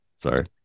Sorry